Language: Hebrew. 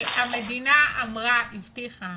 המדינה הבטיחה